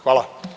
Hvala.